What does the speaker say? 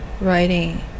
writing